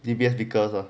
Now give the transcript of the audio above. D_B_S vickers ah